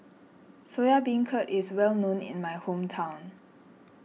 Soya Beancurd is well known in my hometown